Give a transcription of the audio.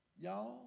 Y'all